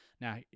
Now